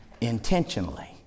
intentionally